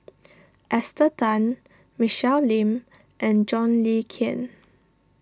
Esther Tan Michelle Lim and John Le Cain